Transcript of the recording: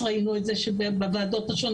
ראינו את זה גם אצל חיים כץ בוועדות השונות